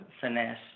finesse